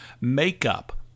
makeup